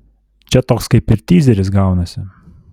čia toks kaip ir tyzeris gaunasi